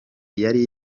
yari